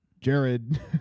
Jared